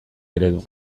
eredu